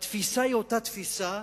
התפיסה היא אותה תפיסה.